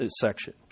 section